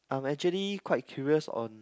I'm actually quite curious on